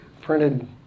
printed